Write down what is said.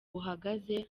uhagaze